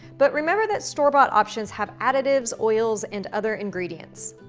but remember that store bought-options have additives, oils and other ingredients.